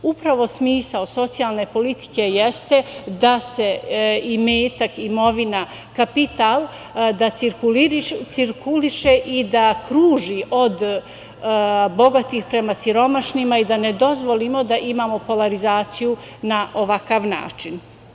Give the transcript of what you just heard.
Upravo smisao socijalne politike jeste da imetak, imovina, kapital, cirkuliše i da kruži od bogatih prema siromašnima i da ne dozvolimo da imamo polarizaciju na ovakav način.